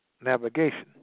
navigation